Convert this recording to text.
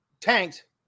tanked